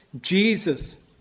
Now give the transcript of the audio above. Jesus